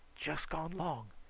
jus' gone long.